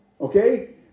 okay